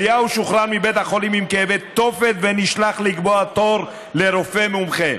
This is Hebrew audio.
אליהו שוחרר מבית החולים עם כאבי תופת ונשלח לקבוע תור לרופא מומחה,